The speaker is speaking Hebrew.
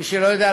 מי שלא יודע,